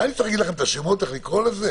אני צריך להגיד לכם איך לקרוא לזה?